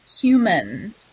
human